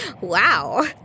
Wow